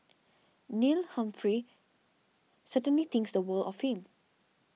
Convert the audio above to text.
Neil Humphrey certainly thinks the world of him